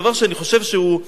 דבר שאני חושב שהוא,